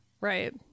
Right